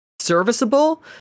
serviceable